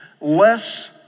less